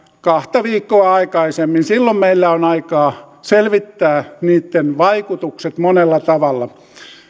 kahta viikkoa aikaisemmin silloin meillä on aikaa selvittää niitten vaikutukset monella tavalla